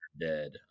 dead